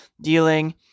dealing